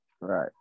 Right